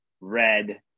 red